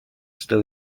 still